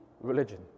religion